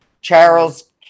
Charles